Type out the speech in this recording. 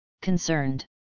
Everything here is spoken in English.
concerned